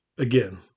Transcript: Again